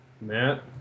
Matt